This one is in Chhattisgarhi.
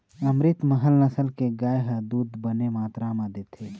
अमरितमहल नसल के गाय ह दूद बने मातरा म देथे